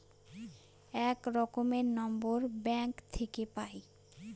এক রকমের number bank থাকে পাই